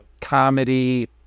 comedy